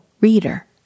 reader